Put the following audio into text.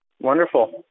Wonderful